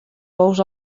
bous